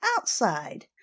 outside